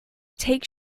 take